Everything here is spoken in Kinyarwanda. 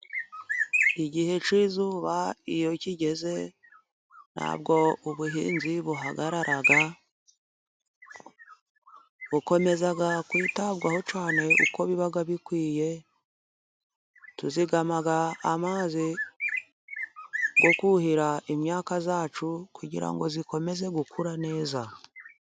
Igihe cy'izuba iyo kigeze ntabwo ubuhinzi buhagarara, bukomeza kwitabwaho cyane uko biba bikwiye, tuzigama amazi yo kuhira imyaka yacu, kugira ngo ikomeze gukura neza.